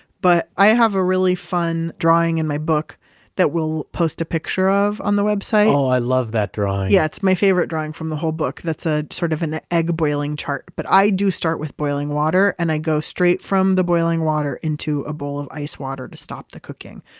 but i have a really fun drawing in my book that we'll post a picture of on the website oh, i love that drawing yeah, it's my favorite drawing from the whole book, that's ah sort of an egg boiling chart. but i do start with boiling water and i go straight from the boiling water into a bowl of ice water to stop the cooking.